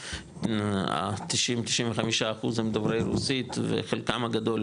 כי 90-95 אחוז הם דוברי רוסית וחלקם הגדול,